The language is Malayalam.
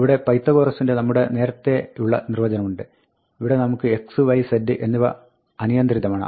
ഇവിടെ പൈത്തഗോറസിന്റെ നമ്മുടെ നേരത്തെയുള്ള നിർവ്വചനമുണ്ട് ഇവിടെ നമുക്ക് x y z എന്നിവ അനിയന്ത്രിതമാണ്